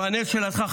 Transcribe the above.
במענה לשאלתך,